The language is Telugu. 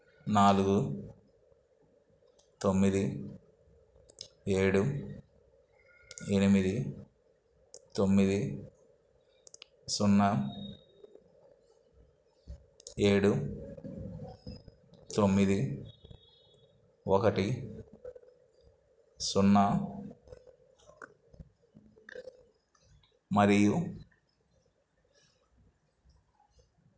నాలుగు తొమ్మిది ఏడు ఎనిమిది తొమ్మిది సున్నా ఏడు తొమ్మిది ఒకటి సున్నా మరియు